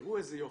תראו איזה יופי,